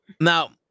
Now